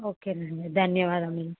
okay అండి ధన్యవాదములు